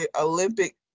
olympic